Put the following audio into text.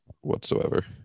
whatsoever